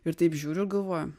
ir taip žiūriu ir galvoju